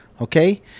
Okay